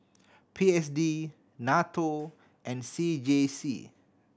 P S D NATO and C J C